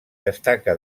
destaca